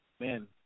Man